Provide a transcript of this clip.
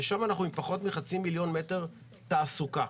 ושם יש פחות מחצי מיליון מטר של שטחי תעסוקה.